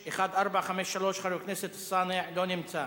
1453, חבר הכנסת אלסאנע, לא נמצא,